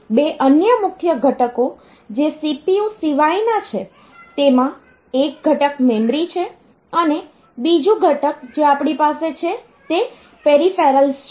બે અન્ય મુખ્ય ઘટકો જે CPU સિવાયના છે તેમાં એક ઘટક મેમરી છે અને બીજું ઘટક જે આપણી પાસે છે તે પેરિફેરલ્સ છે